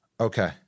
Okay